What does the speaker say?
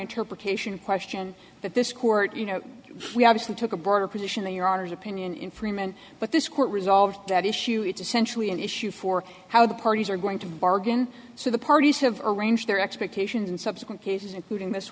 interpretation question that this court you know we obviously took a broader position than your honour's opinion in freeman but this court resolved that issue it's essentially an issue for how the parties are going to bargain so the parties have arranged their expectations in subsequent cases including this